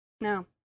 No